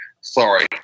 Sorry